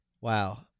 Wow